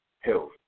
health